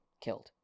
killed